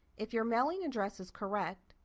if your mailing address is correct,